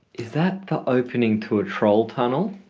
is that the opening to a troll tunnel?